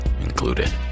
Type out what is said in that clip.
included